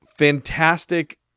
fantastic